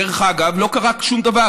דרך אגב, לא קרה שום דבר.